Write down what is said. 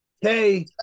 hey